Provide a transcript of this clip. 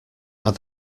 are